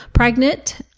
pregnant